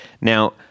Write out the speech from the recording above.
Now